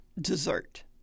dessert